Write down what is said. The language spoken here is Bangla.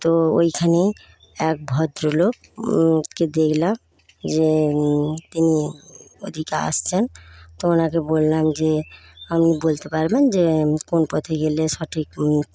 তো ওইখানেই এক ভদ্রলোক কে দেখলাম যে তিনি ওদিকে আসছেন তখন ওনাকে বলাম যে আপনি বলতে পারবেন যে কোন পথে গেলে সঠিক